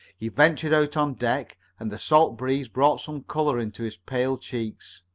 he ventured out on deck, and the salt breeze brought some color into his pale cheeks.